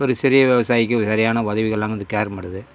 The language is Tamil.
ஒரு சிறிய விவசாயிக்கு சரியான உதவிகளெல்லாம் வந்து கேட்க மாட்டுக்குது